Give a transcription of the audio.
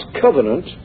covenant